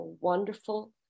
wonderful